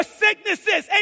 sicknesses